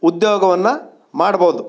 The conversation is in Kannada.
ಉದ್ಯೋಗವನ್ನು ಮಾಡ್ಬೋದು